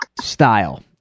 style